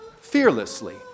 fearlessly